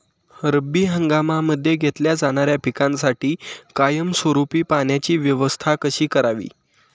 रब्बी हंगामामध्ये घेतल्या जाणाऱ्या पिकांसाठी कायमस्वरूपी पाण्याची व्यवस्था कशी करावी?